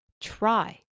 Try